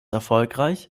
erfolgreich